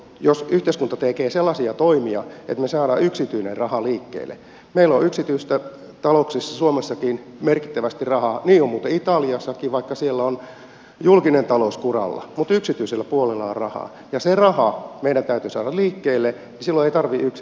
mutta jos yhteiskunta tekee sellaisia toimia että me saamme yksityisen rahan liikkeelle meillä on yksityisissä talouksissa suomessakin merkittävästi rahaa ja niin on muuten italiassakin vaikka siellä on julkinen talous kuralla mutta yksityisellä puolella on rahaa ja se raha meidän täytyy saada liikkeelle niin silloin tarvi yksi